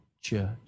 church